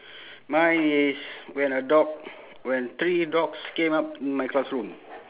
mine is when a dog when three dogs came up in my classroom